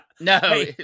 No